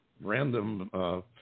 random